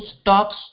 stops